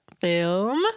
film